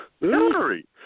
Hillary